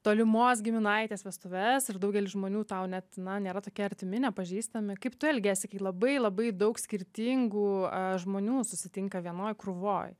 tolimos giminaitės vestuves ir daugelis žmonių tau net na nėra tokie artimi nepažįstami kaip tu elgiesi kai labai labai daug skirtingų žmonių susitinka vienoj krūvoj